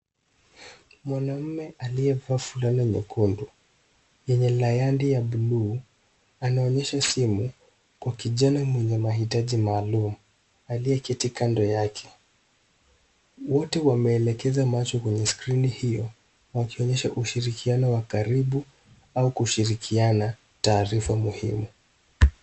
Mwanaume aliyevaa fulana nyekundu yenye layandi ya buluu anaonyesha simu kwa kijana mwenye mahitaji maalum aliyeketi kando yake. Wote wameelekeza macho kwenye skrini hiyo wakionyesha ushirikiana wa karibu au kushirikiana tarifa muhimu.